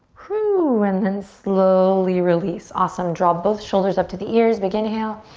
woo, and then slowly release. awesome. draw both shoulders up to the ears. big inhale.